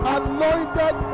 anointed